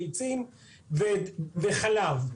ביצים וחלב.